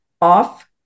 off